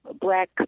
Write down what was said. black